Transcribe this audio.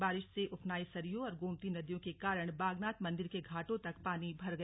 बारिश से उफनाई सरयू और गोमती नदियों के कारण बागनाथ मंदिर के घाटों तक पानी भर गया